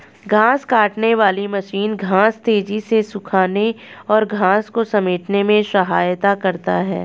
घांस काटने वाली मशीन घांस तेज़ी से सूखाने और घांस को समेटने में सहायता करता है